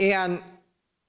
and